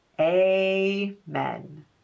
Amen